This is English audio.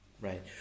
Right